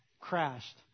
crashed